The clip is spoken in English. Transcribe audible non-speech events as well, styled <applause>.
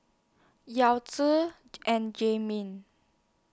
Yao Zi <unintelligible> and Jay Ming